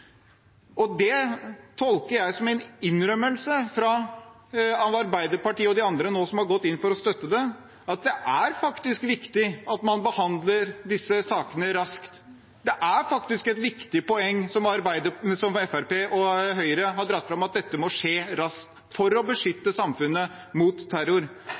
og det tolker jeg som en innrømmelse av Arbeiderpartiet og de andre som har gått inn for å støtte det, at det faktisk er viktig å behandle disse sakene raskt. Det er et viktig poeng, som Fremskrittspartiet og Høyre har dratt fram, at dette må skje raskt for å beskytte samfunnet mot terror.